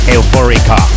Euphorica